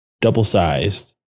double-sized